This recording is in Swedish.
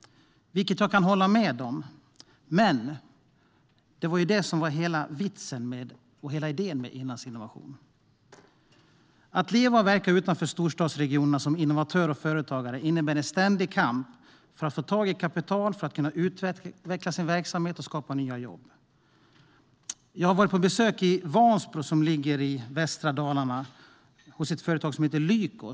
Det kan jag hålla med om, men det var ju det som var hela idén med Inlandsinnovation. Att leva och verka utanför storstadsregionerna som innovatör och företagare innebär en ständig kamp för att få tag i kapital för att kunna utveckla sin verksamhet och skapa nya jobb. Jag har varit i Vansbro, som ligger i västra Dalarna, och besökt ett företag som heter Lyko.